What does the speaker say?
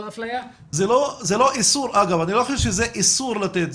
אני לא חושב שזה איסור לתת.